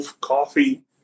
coffee